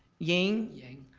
yeng. yeng,